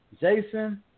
Jason